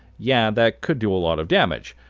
yeah, that could do a lot of damage.